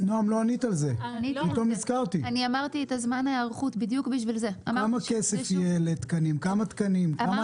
לא נקבע וניתן תאריך יעד לאן אנחנו רוצים להגיע או מהו